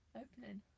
opening